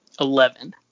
Eleven